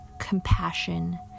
compassion